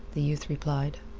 the youth replied.